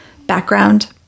Background